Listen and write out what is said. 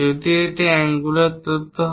যদি এটি অ্যাংগুলার তথ্য হয়